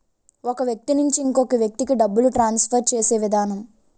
ఒక వ్యక్తి నుంచి ఇంకొక వ్యక్తికి డబ్బులు ట్రాన్స్ఫర్ చేసే విధానం